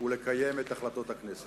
ולקיים את החלטות הכנסת.